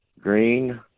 green